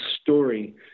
story